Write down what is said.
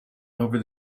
over